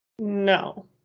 No